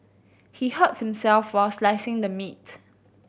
he hurt himself while slicing the meats